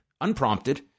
unprompted